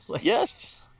Yes